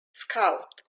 scout